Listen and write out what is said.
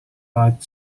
but